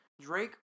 Drake